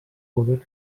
poder